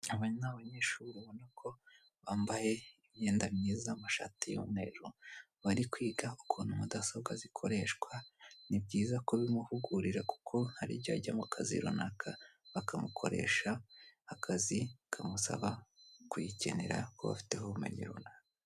Aba ni abanyeshuri urabona ko bambaye imyenda myiza amashati y'imyeru, bari kwiga ukuntu mudasobwa zikoreshwa . Ni byiza kubimuhugurira kuko hari igihe ajya mu kazi runaka, bakamukoresha akazi kamusaba kuyikenera kuba afiteho ubumenyi nunaka.